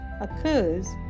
occurs